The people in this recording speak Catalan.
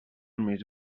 més